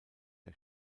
der